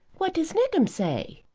what does nickem say?